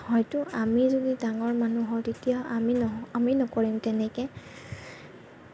হয়তো আমি যদি ডাঙৰ মানুহ হওঁ তেতিয়া আমি ন আমি নকৰিম তেনেকৈ